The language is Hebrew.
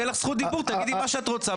תהיה לך זכות דיבור ותגידי מה שאת רוצה.